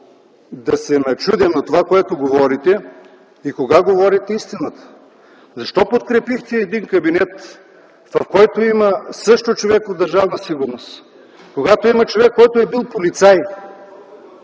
да се начудя на това, което говорите и кога говорите истината. Защо подкрепихте един кабинет, в който има също човек от Държавна сигурност? Когато има човек, който е бил полицай